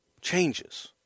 changes